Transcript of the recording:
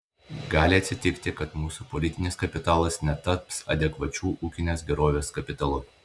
gali atsitikti kad mūsų politinis kapitalas netaps adekvačiu ūkinės gerovės kapitalu